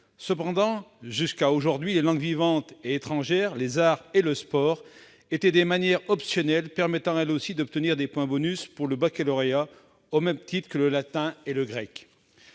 Cependant, jusqu'à aujourd'hui, les langues vivantes et étrangères, les arts et le sport étaient des matières optionnelles permettant elles aussi d'obtenir des points bonus pour le baccalauréat, au même titre que le latin et le grec.